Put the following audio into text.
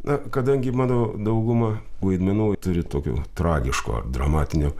na kadangi mano dauguma vaidmenų turi tokio tragiško ar dramatinio